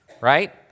right